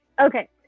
okay